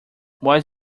why